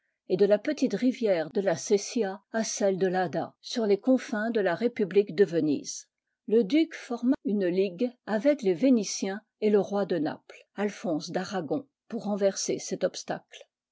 et de la petite rivière de la sesia à celle de l'adda sur les confins de la république de venise le duc forma une ligue avec les vénitiens et le roi de naples alphonse d'aragon pour renverser cet obstacle